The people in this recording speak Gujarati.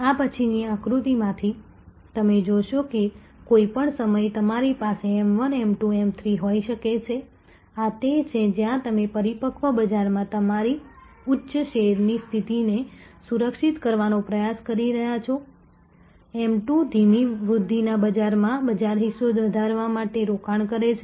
આ પછીના આકૃતિમાંથી તમે જોશો કે કોઈપણ સમયે તમારી પાસે M1 M2 M3 હોઈ શકે છે આ તે છે જ્યાં તમે પરિપક્વ બજારમાં તમારી ઉચ્ચ શેરની સ્થિતિને સુરક્ષિત કરવાનો પ્રયાસ કરી રહ્યાં છો M2 ધીમી વૃદ્ધિના બજારમાં બજારહિસ્સો વધારવા માટે રોકાણ કરે છે